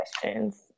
questions